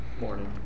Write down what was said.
Morning